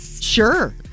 sure